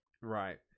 Right